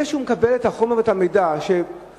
זה שהוא מקבל את החומר ואת המידע שכל